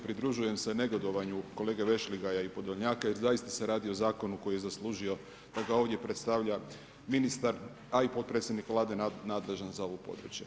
Pridružujem se negodovanju kolege Vešligaja i Podolnjaka jer zaista se radi o zakonu koji je zaslužio da ga ovdje predstavlja ministar a i potpredsjednik Vlade nadležan za ovo područje.